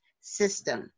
system